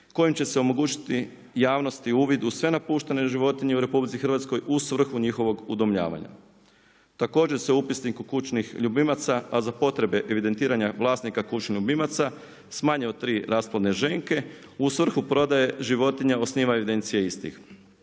kojim će se omogućiti javnosti u uvid u sve napuštene životinje u RH u svrhu njihovog udomljavanja. Također se u upisniku kućnih ljubimaca, a za potrebe evidentiranja vlasnika kućnih ljubimaca smanje od tri rasplodne ženke u svrhu prodaje životinja osnivanje evidencije istih.